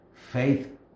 Faith